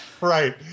Right